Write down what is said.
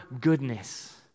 goodness